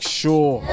sure